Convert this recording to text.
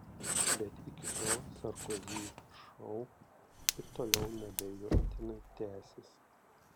bet iki tol sarkozy šou ir toliau neabejotinai tęsis